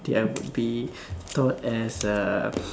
I would be thought as a